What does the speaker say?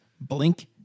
Blink